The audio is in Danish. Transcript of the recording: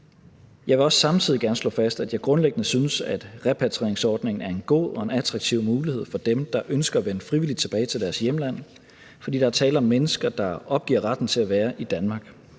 Jeg vil også samtidig gerne slå fast, at jeg grundlæggende synes, at repatrieringsordningen er en god og attraktiv mulighed for dem, der ønsker at vende frivilligt tilbage til deres hjemland, fordi der er tale om mennesker, der opgiver retten til at være i Danmark.